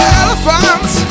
elephants